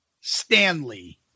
Stanley